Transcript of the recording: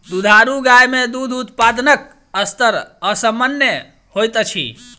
दुधारू गाय मे दूध उत्पादनक स्तर असामन्य होइत अछि